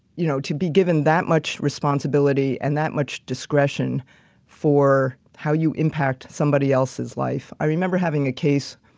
you know, to be given that much responsibility and that much discretion for how you impact somebody else's life. i remember having a case,